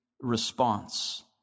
response